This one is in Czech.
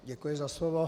Děkuji za slovo.